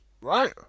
right